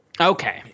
Okay